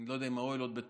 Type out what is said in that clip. אני לא יודע אם האוהל היה,